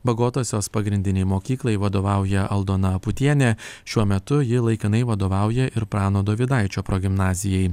bagotosios pagrindinei mokyklai vadovauja aldona aputienė šiuo metu ji laikinai vadovauja ir prano dovydaičio progimnazijai